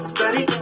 Study